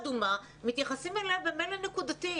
לעיר אדומה מתייחסים במילא נקודתית.